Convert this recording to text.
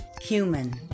human